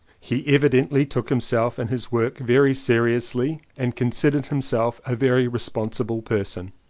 he evidently took himself and his work very seriously and considered himself a very responsible person.